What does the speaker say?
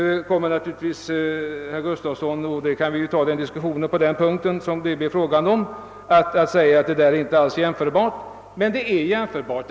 Nu kommer naturligtvis herr Gustafsson i Skellefteå att säga — vi kan natur ligtvis ta upp den diskussionen på ifrågavarande punkt — att det inte alls är jämförbart. Men det är jämförbart.